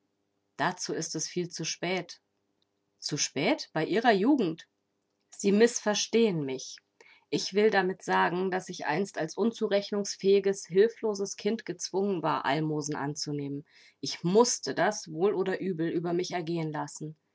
dazu ist es viel zu spät zu spät bei ihrer jugend sie mißverstehen mich ich will damit sagen daß ich einst als unzurechnungsfähiges hilfloses kind gezwungen war almosen anzunehmen ich mußte das wohl oder übel über mich ergehen lassen